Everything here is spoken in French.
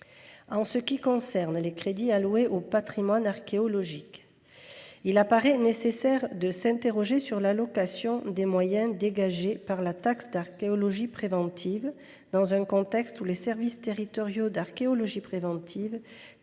ce qui concerne les crédits alloués au patrimoine archéologique, il faut s’interroger sur l’allocation des moyens dégagés par la taxe d’archéologie préventive (TAP), à l’heure où les services territoriaux d’archéologie préventive